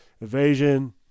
evasion